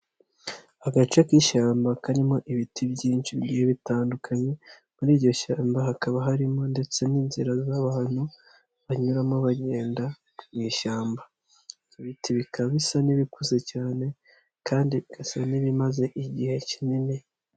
Agace k'ishyamba karimo ibiti byinshi bigiye bitandukanye, muri iryo shyamba hakaba harimo ndetse n'inzira z'abantu banyuramo bagenda mu ishyamba. Ibiti bikaba bisa n'ibikuze cyane kandi bigasa n'ibimaze igihe kinini.